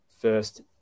first